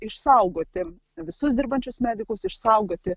išsaugoti visus dirbančius medikus išsaugoti